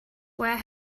where